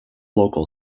local